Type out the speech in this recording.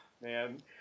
man